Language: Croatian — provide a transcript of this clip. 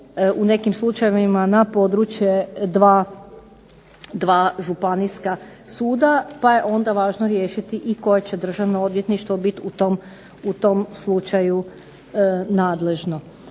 u nekim slučajevima, na područje dva županijska suda, pa je onda važno riješiti i koje će državno odvjetništvo biti u tom slučaju nadležno.